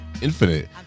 infinite